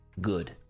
good